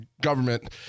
government